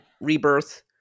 Rebirth